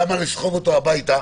למה לסחוב אותו הביתה?